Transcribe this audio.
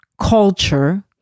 culture